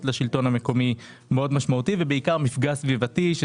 מאוד משמעותי לשלטון המקומי; ובעיקר מפגע סביבתי זה